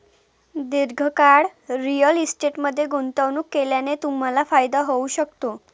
दीर्घकाळ रिअल इस्टेटमध्ये गुंतवणूक केल्याने तुम्हाला फायदा होऊ शकतो